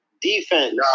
defense